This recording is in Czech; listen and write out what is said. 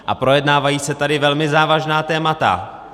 A projednávají se tady velmi závažná témata.